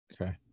Okay